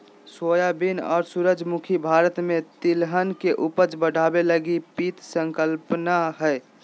soybean और सूरजमुखी भारत में तिलहन के उपज बढ़ाबे लगी पीत संकल्पना हइ